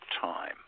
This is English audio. time